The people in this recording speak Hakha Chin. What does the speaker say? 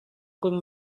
kan